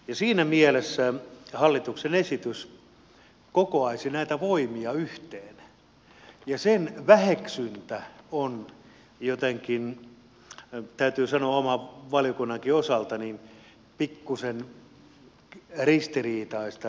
siinä mielessä hallituksen esitys kokoaisi näitä voimia yhteen ja sen väheksyntä on jotenkin täytyy sanoa oman valiokunnankin osalta pikkuisen ristiriitaista